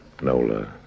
Nola